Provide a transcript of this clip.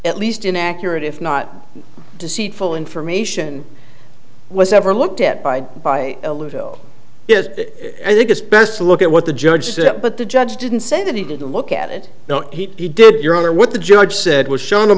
at least inaccurate if not deceitful information was ever looked at by by is i think it's best to look at what the judge said but the judge didn't say that he didn't look at it no he did your honor what the judge said was show